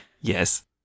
Yes